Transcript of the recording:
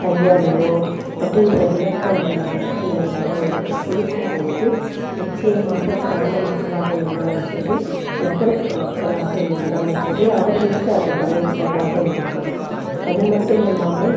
கையாளணும் அப்படின்ற விளக்கங்களை வந்து நீங்கள் அவங்களுக்கு கொடுக்கும் போது நிச்சயமாக கிராம மக்களாக இருந்தாலும் சரி நகர்ப்புற மக்களாக இருந்தாலும் சரி அவர்களுக்கு அது பயனுள்ளதாக இருக்கும் அது மட்டும் இல்லாமல்